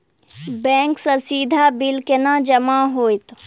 Bank सँ सीधा bill केना जमा होइत?